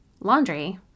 laundry